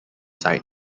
site